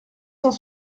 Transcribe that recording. cent